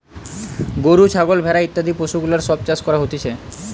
গরু, ছাগল, ভেড়া ইত্যাদি পশুগুলার সব চাষ করা হতিছে